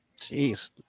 Jeez